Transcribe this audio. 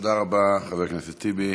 תודה רבה, חבר הכנסת טיבי.